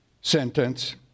sentence